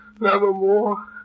Nevermore